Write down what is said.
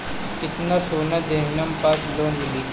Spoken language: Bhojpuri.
कितना सोना देहम त लोन मिली?